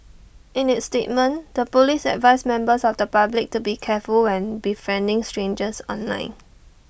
in its statement the Police advised members of the public to be careful when befriending strangers online